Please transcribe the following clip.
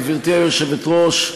גברתי היושבת-ראש,